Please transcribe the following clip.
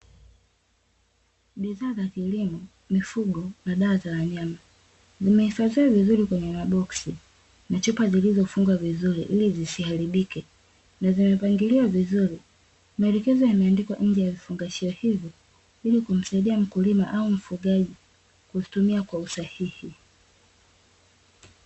Bidhaa za kilimo, mifugo na dawa za wanyama zime hifadhiwa vizuri kwenye maboksi na chupa zilizo fungwa vizuri ili zisiharibike na zimepangiliwa vizuri. Maelekezo yameandikwa kwenye vifungashio hivi, ili kumsaidia mkulima au mfugaji kuvitumia kwa usahihi.